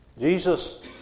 Jesus